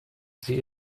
sie